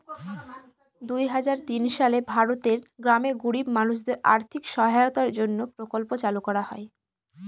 দুই হাজার তিন সালে ভারতের গ্রামের গরিব মানুষদের আর্থিক সহায়তার জন্য প্রকল্প চালু করা হয়